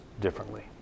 differently